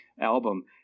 album